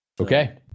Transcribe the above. Okay